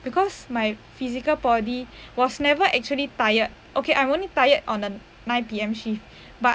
because my physical body was never actually tired okay I'm only tired on the nine P_M shift but